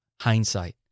hindsight